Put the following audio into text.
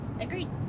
agreed